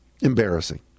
embarrassing